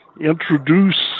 introduce